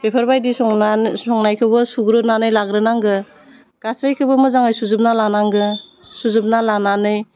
बेफोरबायदि संनानो संनायखौबो सुग्रोनानै लाग्रोनांगो गासैखौबो मोजाङै सुजोबना लानांगो सुजोबना लानानै